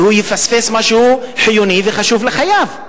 והוא יפספס משהו חיוני וחשוב לחייו.